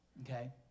okay